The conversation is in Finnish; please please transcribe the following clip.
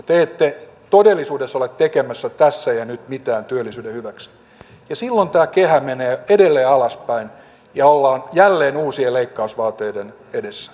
te ette todellisuudessa ole tekemässä tässä ja nyt mitään työllisyyden hyväksi ja silloin tämä kehä menee edelleen alaspäin ja ollaan jälleen uusien leikkausvaateiden edessä